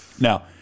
Now